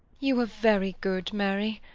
you are very good, mary.